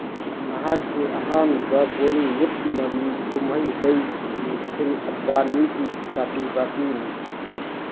ꯅꯍꯥꯛꯀꯤ ꯑꯍꯥꯟꯕ ꯕꯣꯂꯤꯋꯨꯠ ꯃꯃꯤ ꯀꯨꯝꯍꯩꯗꯒꯤ ꯅꯤꯈꯤꯜ ꯑꯗꯚꯥꯅꯤꯒꯤ ꯀꯥꯇꯤ ꯕꯥꯇꯤꯅꯤ